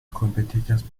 competitions